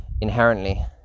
Inherently